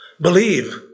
Believe